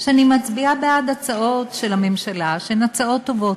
אני מצביעה בעד הצעות של הממשלה שהן הצעות טובות,